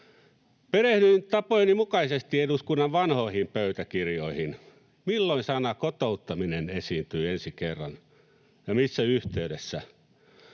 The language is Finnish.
Perehdyin tapojeni mukaisesti eduskunnan vanhoihin pöytäkirjoihin, eli milloin sana ”kotouttaminen” esiintyi ensi kerran ja missä yhteydessä.